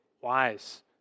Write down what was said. wise